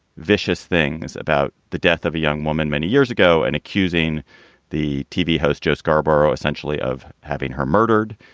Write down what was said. vicious things about the death of a young woman many years ago and accusing the tv host joe scarborough essentially of having her murdered,